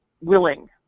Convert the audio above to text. willing